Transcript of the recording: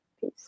Peace